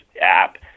app